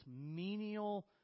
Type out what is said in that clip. menial